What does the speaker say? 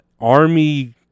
army